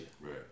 Right